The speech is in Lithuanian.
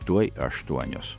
tuoj aštuonios